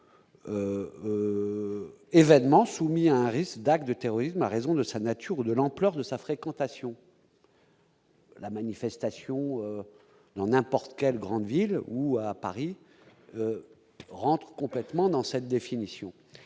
événements soumis à un risque d'acte de terrorisme, a raison de sa nature, de l'ampleur de sa fréquentation. La manifestation dans n'importe quelle grande ville ou à Paris rentre complètement dans cette définition,